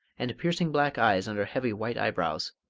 and piercing black eyes under heavy white eyebrows,